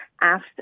asked